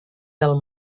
del